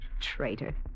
Traitor